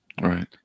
Right